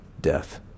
death